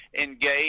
engage